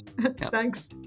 Thanks